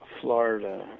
Florida